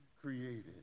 created